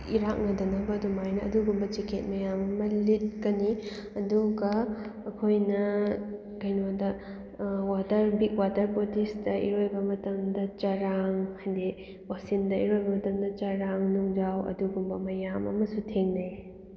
ꯏꯔꯥꯛꯅꯗꯅꯕ ꯑꯗꯨꯃꯥꯏꯅ ꯑꯗꯨꯒꯨꯝꯕ ꯖꯦꯀꯦꯠ ꯃꯌꯥꯝ ꯑꯃ ꯂꯤꯠꯀꯅꯤ ꯑꯗꯨꯒ ꯑꯩꯈꯣꯏꯅ ꯀꯩꯅꯣꯗ ꯋꯥꯇꯔ ꯕꯤꯛ ꯋꯥꯇꯔ ꯕꯣꯗꯤꯁꯇ ꯏꯔꯣꯏꯕ ꯃꯇꯝꯗ ꯆꯔꯥꯡ ꯍꯥꯏꯗꯤ ꯑꯣꯁꯤꯟꯗ ꯏꯔꯣꯏꯕ ꯃꯇꯝꯗ ꯆꯔꯥꯡ ꯅꯨꯡꯖꯥꯎ ꯑꯗꯨꯒꯨꯝꯕ ꯃꯌꯥꯝ ꯑꯃꯁꯨ ꯊꯦꯡꯅꯩ